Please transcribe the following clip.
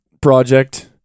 project